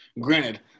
Granted